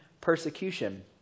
persecution